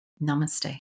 Namaste